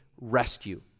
rescue